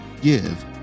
give